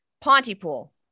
Pontypool